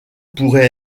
pourrait